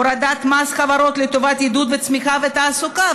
הורדת מס חברות לטובת עידוד הצמיחה והתעסוקה.